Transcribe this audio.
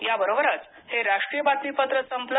याबरोबरच हे राष्ट्रीय बातमीपत्र संपल